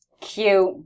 cute